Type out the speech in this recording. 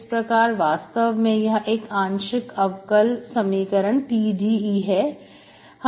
इस प्रकार वास्तव में यह एक आंशिक अवकल समीकरण PDE है